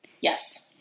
Yes